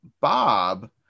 bob